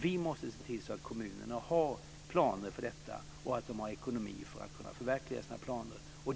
Vi måste se till att kommunerna har planer för detta och att de har ekonomi för att kunna förverkliga sina planer.